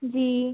जी